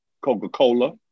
Coca-Cola